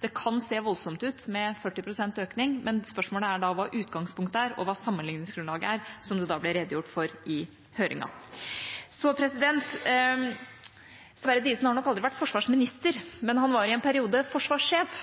det kan se voldsomt ut med 40 pst. økning, men spørsmålet er hva utgangspunktet er, og hva sammenligningsgrunnlaget er, som det ble redegjort for i høringen. Så: Sverre Diesen har nok aldri vært forsvarsminister, men han var i en periode forsvarssjef,